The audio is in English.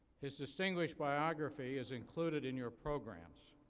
his distinguished biography is included in your programs.